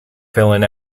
filling